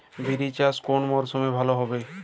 বিরি চাষ কোন মরশুমে ভালো হবে?